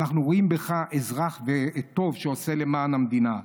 אנחנו רואים בך אזרח טוב שעושה למען המדינה.